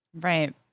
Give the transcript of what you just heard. Right